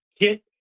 get